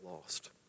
lost